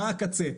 מה הקצה?